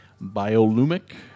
Biolumic